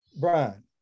Brian